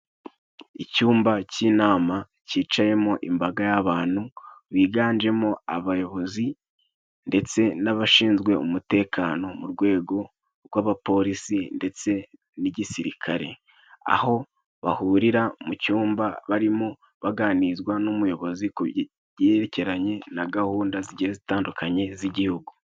Icyumba cy'inama cyicayemo imbaga y'abantu, biganjemo abayobozi ndetse n'abashinzwe umutekano mu rwego rw'abapolisi ndetse n'igisirikare ,aho bahurira mu cyumba barimo baganirizwa n'umuyobozi ,kuyerekeranye na gahunda zigeye zitandukanye z'igihugu.